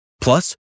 Plus